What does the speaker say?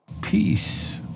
Peace